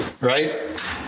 right